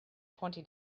twenty